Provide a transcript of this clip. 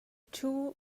two